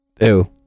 Ew